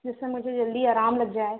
जिससे मुझे जल्दी आराम लग जाए